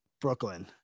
Brooklyn